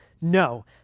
No